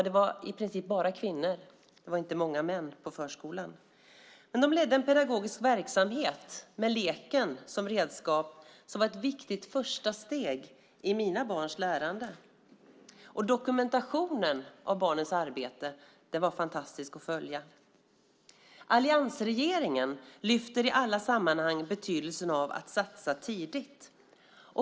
Det var i princip bara kvinnor. Det var inte många män på förskolan. De ledde en pedagogisk verksamhet med leken som redskap som var ett viktigt första steg i mina barn lärande. Dokumentationen av barnens arbete var fantastisk att följa. Alliansregeringen lyfter i alla sammanhang fram betydelsen av att satsa tidigt.